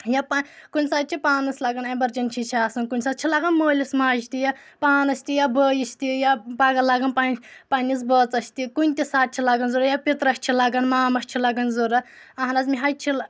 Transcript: یا پا کُنہِ ساتہٕ چھِ پانَس لَگان اؠمَرجَنسی چھِ آسان کُنہِ ساتہٕ چھِ لگان مٲلِس ماجہِ تہِ یا پانَس تہِ یا بٲیِس تہِ یا پگاہ لَگَان پن پننِس بٲژَس تہِ کُنہِ تہِ ساتہٕ چھِ لَگَان ضوٚرَتھ یا پیٚترَس چھِ لَگَان مامَس چھِ لگان ضوٚرَتھ اہن حٕظ مےٚ حٕظ چھِ